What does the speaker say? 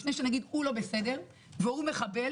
לפני שנגיד "הוא לא בסדר" או "הוא מחבל",